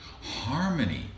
Harmony